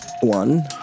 one